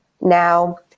now